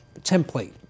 template